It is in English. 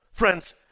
Friends